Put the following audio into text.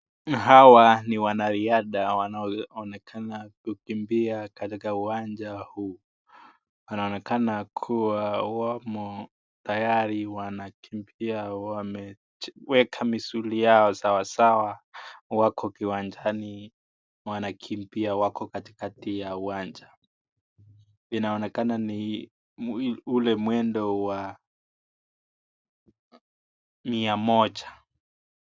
Hawa ni wanariadha wanaoonekana kukimbia katika uwanja huu. wanaonekana kuwa wamo tayari wanakimbia wameweka misuri yao sawasawa wako kiwanjani wanakimbia wako katikati ya uwanja. Inaonekana ni ule mwendo wa mia moja.